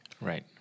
Right